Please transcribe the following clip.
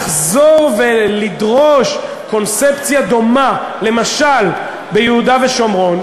לחזור ולדרוש קונספציה דומה למשל ביהודה ושומרון,